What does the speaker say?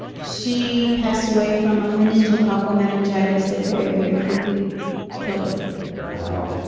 she passed away from a meningeal cocal meningitis, that very very quickly killed her wow,